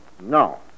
No